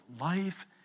Life